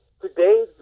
today